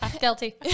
Guilty